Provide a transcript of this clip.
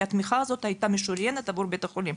כי התמיכה הזאת הייתה משוריינת עבור בית החולים.